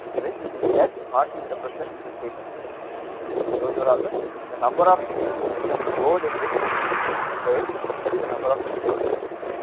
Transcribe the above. right that marking represents the state of the system right. so, those are all ah the number of items stored in this place is simply in the number of customers in the queue